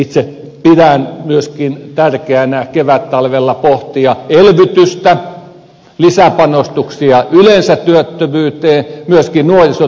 itse pidän myöskin tärkeänä kevättalvella pohtia elvytystä lisäpanostuksia yleensä työttömyyteen myöskin nuorisotyöttömyyteen